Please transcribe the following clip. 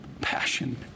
Passion